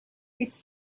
its